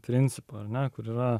principu ar na kur yra